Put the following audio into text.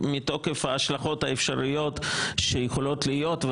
מתוקף ההשלכות האפשריות שיכולות להיות,